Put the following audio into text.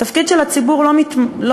התפקיד של הציבור לא מתמצה,